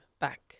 back